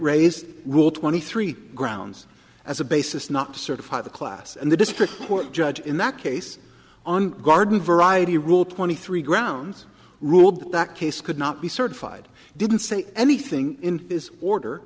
raised will twenty three grounds as a basis not to certify the class and the district court judge in that case on garden variety rule twenty three grounds ruled that case could not be certified didn't say anything in this order